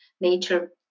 nature